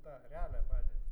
tą realią padėtį